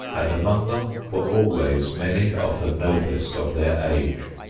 and among them were always many of the noblest of their age.